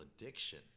addiction